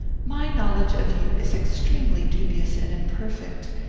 my knowledge of you is extremely dubious and imperfect,